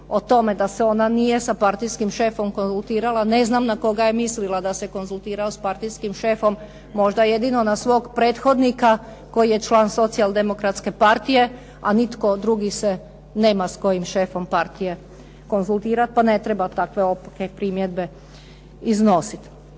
o tome da se ona nije sa partijskim šefom konzultirala. Ne znam na koga je mislila da se konzultirao sa partijskim šefom. Možda jedino na svog prethodnika koji je člana Socijal-demokratske partije a nitko drugi se nema s kojim šefom partije konzultirati, pa ne treba takve opake primjedbe iznositi.